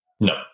No